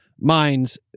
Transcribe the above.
minds